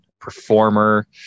performer